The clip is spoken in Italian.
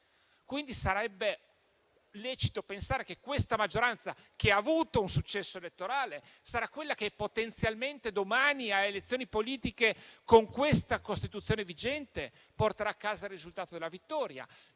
quindi lecito pensare che questa maggioranza, che ha avuto un successo elettorale, sarà quella che potenzialmente domani, a elezioni politiche a Costituzione vigente, porterà a casa il risultato della vittoria: